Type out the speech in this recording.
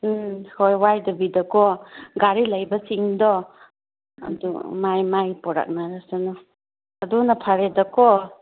ꯎꯝ ꯍꯣꯏ ꯋꯥꯏꯗꯕꯤꯗꯀꯣ ꯒꯥꯔꯤ ꯂꯩꯕꯁꯤꯡꯗꯣ ꯑꯗꯨ ꯃꯥꯏ ꯃꯥꯏ ꯄꯨꯔꯀꯅꯔꯁꯅꯨ ꯑꯗꯨꯅ ꯐꯔꯦꯗꯀꯣ